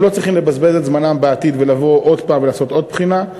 הם לא צריכים לבזבז את זמנם בעתיד ולבוא עוד פעם לעשות עוד בחינה,